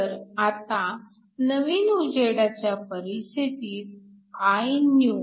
तर आता नवीन उजेडाव्या परिस्थितीत Inew